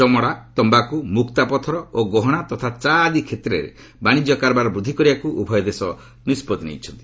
ଚମଡ଼ା ତମ୍ଭାକୁ ମୁକ୍ତା ପଥର ଓ ଗହଶା ତଥା ଚା' ଆଦି କ୍ଷେତ୍ରରେ ବାଣିଜ୍ୟ କାରବାର ବୃଦ୍ଧି କରିବାକୁ ଉଭୟ ଦେଶ ନିଷ୍ପଭି ନେଇଛନ୍ତି